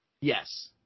Yes